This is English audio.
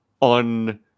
on